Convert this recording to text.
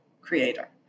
creator